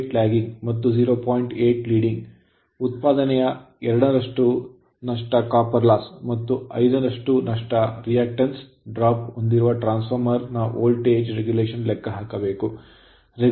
8 leading ಉತ್ಪಾದನೆಯ 2 ನಷ್ಟು copper loss ಮತ್ತು 5 ನಷ್ಟು reactance drop ಹೊಂದಿರುವ ಟ್ರಾನ್ಸ್ ಫಾರ್ಮರ್ ನ ವೋಲ್ಟೇಜ್ regulation ಲೆಕ್ಕಹಾಕಬೇಕು